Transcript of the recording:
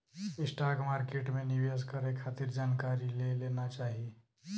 stock market में निवेश करे खातिर जानकारी ले लेना चाही